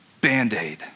band-aid